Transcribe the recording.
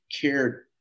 cared